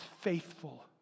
faithful